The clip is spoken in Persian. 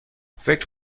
فکر